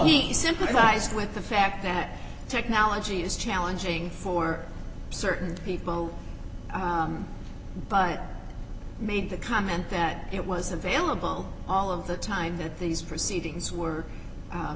you sympathize with the fact that technology is challenging for certain people by made the comment that it was available all of the time that these proceedings were